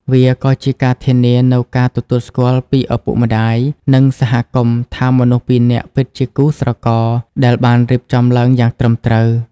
វាក៏ជាការធានានូវការទទួលស្គាល់ពីឪពុកម្ដាយ និងសហគមន៍ថា មនុស្សពីរនាក់ពិតជាគូស្រករដែលបានរៀបចំឡើងយ៉ាងត្រឹមត្រូវ។